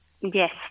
Yes